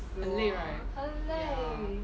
很累 right ya